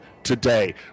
today